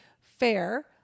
fair